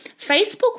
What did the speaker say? Facebook